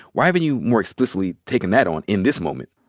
why haven't you more explicitly taken that on in this moment?